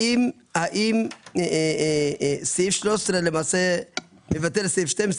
האם סעיף 13 למעשה מבטל את סעיף 12?